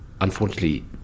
unfortunately